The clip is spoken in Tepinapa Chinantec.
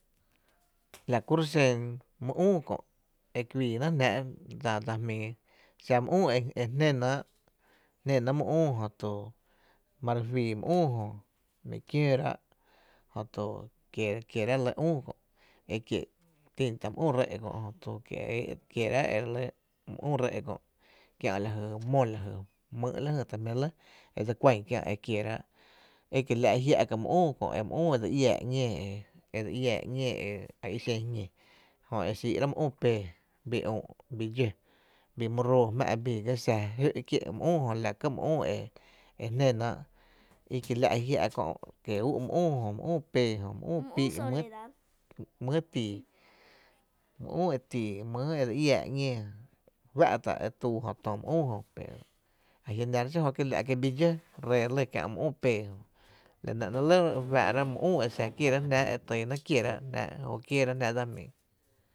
La kuro’ xen my üü kö’ e kuii náá’ jnáá’ dsa jmíi xa my üü e re jné náá’, jné náá’ my üü jö tu dseli fyy my üü jö, jö to ma re fii mý üü jö mi kióórá’ jö tu kieráá’ kieráá’ e re lɇ üü kö’ e kie’ tin tá’ my üü ré’ kö’ jö jö tu kie’ e éé’, kierá’ e re lɇ my üü ré’ kö’ kiä’ lajy mó lajy jmyy’ la jy ta jmí’ lɇ e dse kuɇn kiä’ kiera’ e kiela’ jia’ ka my üü kö, my úü e dse iáá ‘ñee e dse iáá ‘ñee e i xen jñi jö e xíí’ ráá’ my üü pee jö, bi dxó bii üü’ bii my roo jmⱥ’ bii ga xa jö’ kie’, jö laka my üü e re jné náá’ e kiela’ jiá’ kö’ kie ú’ my üü jö my üü pee jö mýy e tii my üü e tii my e re iáá ‘ñee fa´ta´’ e tuu jö to my üü jö a jia’ nará’ xijö kiela’ ki bii dxó ree lɇ kiäa’ my üü pee jö, la nɇ ‘nɇɇ’ lɇ e faa´’ra my üü e xa kieerá’ jnáá’ e ty ná’ kiera’ jnáá’ jóoó kieerá’ jnáá’ dsa jmíi.